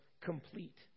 complete